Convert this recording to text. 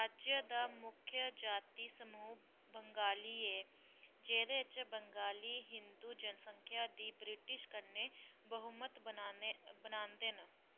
राज्य दा मुक्ख जाति समूह् बंगाली ऐ जेह्दे च बंगाली हिंदू जनसंख्या दी ब्रिटिश कन्नै बहुमत बनांदे न